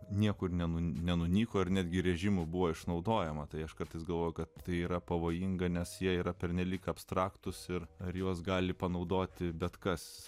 niekur nenuves nenunyko ir netgi režimo buvo išnaudojama tai aš kartais galvoju kad tai yra pavojinga nes jie yra pernelyg abstraktūs ir ar juos gali panaudoti bet kas